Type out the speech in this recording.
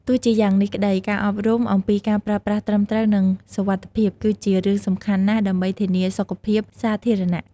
ទោះជាយ៉ាងនេះក្តី ការអប់រំអំពីការប្រើប្រាស់ត្រឹមត្រូវ និងសុវត្ថិភាព គឺជារឿងសំខាន់ណាស់ដើម្បីធានាសុខភាពសាធារណៈ។